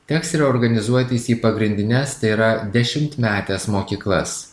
teks reorganizuotis į pagrindines tai yra dešimtmetes mokyklas